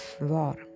war